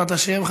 בעזרת השם,